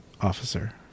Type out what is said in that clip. officer